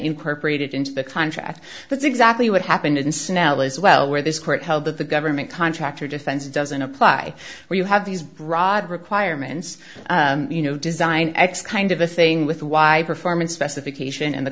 incorporated into the contract that's exactly what happened in snell as well where this court held that the government contractor defense doesn't apply where you have these broad requirements you know design x kind of a thing with y performance specification and the